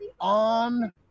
on